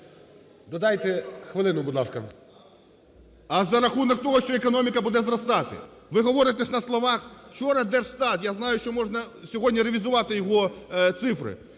Додайте хвилину, будь ласка. ГРОЙСМАН В.Б. А за рахунок того, що економіка буде зростати. Ви говорите на словах. Вчора Держстат, я знаю, що можна сьогодні ревізувати його цифри,